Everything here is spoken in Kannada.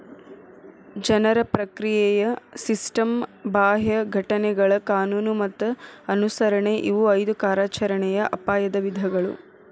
ಜನರ ಪ್ರಕ್ರಿಯೆಯ ಸಿಸ್ಟಮ್ ಬಾಹ್ಯ ಘಟನೆಗಳ ಕಾನೂನು ಮತ್ತ ಅನುಸರಣೆ ಇವು ಐದು ಕಾರ್ಯಾಚರಣೆಯ ಅಪಾಯದ ವಿಧಗಳು